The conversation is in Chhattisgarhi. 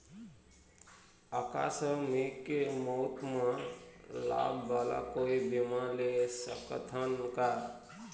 आकस मिक मौत म लाभ वाला कोई बीमा ले सकथन का?